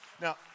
Now